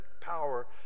power